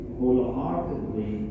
wholeheartedly